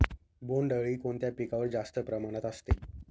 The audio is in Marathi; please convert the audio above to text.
बोंडअळी कोणत्या पिकावर जास्त प्रमाणात असते?